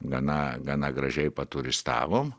gana gana gražiai paturistavom